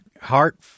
heart